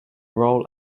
role